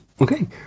Okay